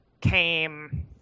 came